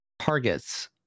targets